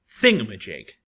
thingamajig